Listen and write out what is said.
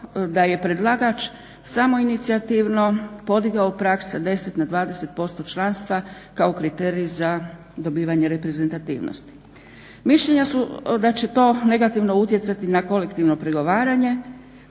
da je predlagač samoinicijativno podigao prag sa 10 na 20% članstva kao kriterij za dobivanje reprezentativnosti. Mišljenja su da će to negativno utjecati na kolektivno pregovaranje